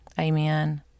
Amen